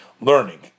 learning